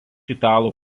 italų